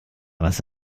was